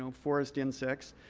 so forest insects.